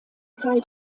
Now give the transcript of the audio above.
karl